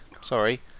Sorry